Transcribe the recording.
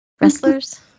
wrestlers